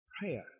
Prayer